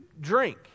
drink